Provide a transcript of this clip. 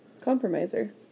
Compromiser